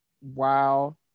wow